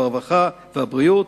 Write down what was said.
הרווחה והבריאות.